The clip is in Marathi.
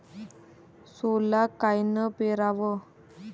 सोला कायनं पेराव?